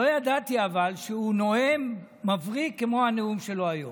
אבל לא ידעתי שהוא נואם מבריק כמו הנאום שלו היום.